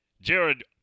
Jared